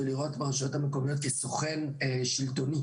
ולראות ברשויות המקומיות סוכן שלטוני